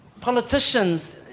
Politicians